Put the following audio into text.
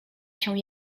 się